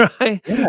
right